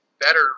better